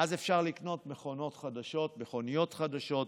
ואז אפשר לקנות מכונות חדשות, מכוניות חדשות,